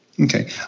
Okay